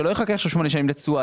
שלא יחכה שמונה שנים לתשואה.